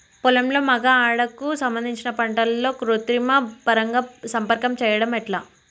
పొలంలో మగ ఆడ కు సంబంధించిన పంటలలో కృత్రిమ పరంగా సంపర్కం చెయ్యడం ఎట్ల?